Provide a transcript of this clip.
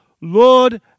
Lord